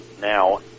now